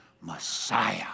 Messiah